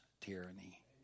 tyranny